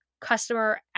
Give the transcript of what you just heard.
customer